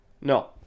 No